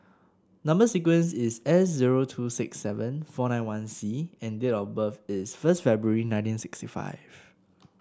number sequence is S zero two six seven four nine one C and date of birth is first February nineteen sixty five